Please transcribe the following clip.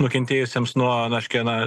nukentėjusiems nuo na škia na